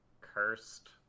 Cursed